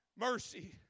Mercy